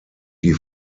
die